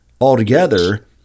altogether